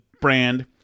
brand